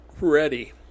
ready